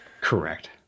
Correct